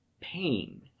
Pain